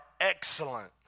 excellent